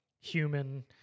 human